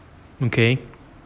okay